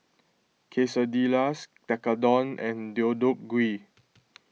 Quesadillas Tekkadon and Deodeok Gui